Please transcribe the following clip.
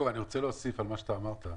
אני רוצה להוסיף על מה שאתה אמרת.